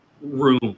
room